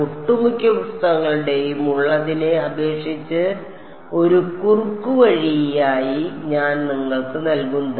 ഒട്ടുമിക്ക പുസ്തകങ്ങളുടേയും ഉള്ളതിനെ അപേക്ഷിച്ച് ഒരു കുറുക്കുവഴിയായി ഞാൻ നിങ്ങൾക്ക് നൽകുന്നത്